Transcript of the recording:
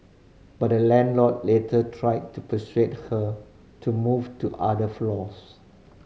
but the landlord later tried to persuade her to move to other floors